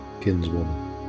kinswoman